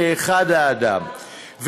כאחד האדם.